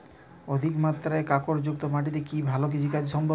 অধিকমাত্রায় কাঁকরযুক্ত মাটিতে কি ভালো কৃষিকাজ সম্ভব?